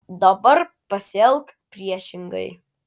dabar pasielk priešingai